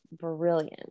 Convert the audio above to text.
brilliant